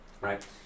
right